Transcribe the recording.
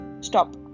Stop